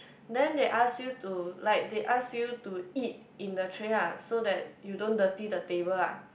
then they ask you to like they ask you to eat in the tray ah so that you don't dirty the table ah